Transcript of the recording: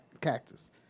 cactus